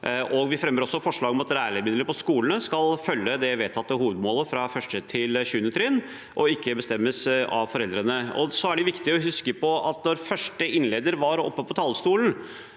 Vi fremmer også forslag om at læremidler på skolene skal følge det vedtatte hovedmålet fra 1.–7. trinn og ikke bestemmes av foreldrene. Det er også viktig å huske at da første innleder, Jan Tore Sanner,